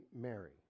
Mary